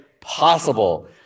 possible